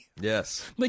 Yes